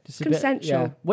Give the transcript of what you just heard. Consensual